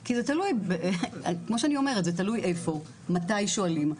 כי כמו שאני אומרת, זה תלוי איפה, מתי שואלים.